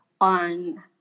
on